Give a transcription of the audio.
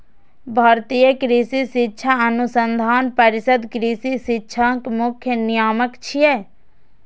भारतीय कृषि शिक्षा अनुसंधान परिषद कृषि शिक्षाक मुख्य नियामक छियै